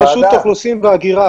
לרשות אוכלוסין וההגירה.